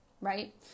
right